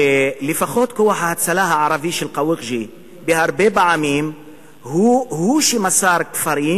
שלפחות כוח ההצלה הערבי של קאוקג'י הרבה פעמים הוא שמסר כפרים,